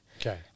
Okay